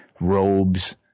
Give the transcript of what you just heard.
robes